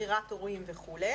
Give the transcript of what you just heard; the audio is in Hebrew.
בחירת הורים וכו'.